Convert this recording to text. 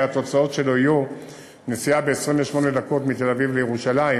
שהתוצאות שלו יהיו נסיעה ב-28 דקות מתל-אביב לירושלים,